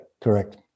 correct